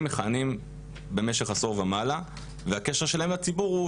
מכהנים במשך עשור ומעלה והקשר שלהם לציבור הוא,